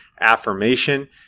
affirmation